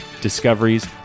discoveries